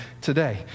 today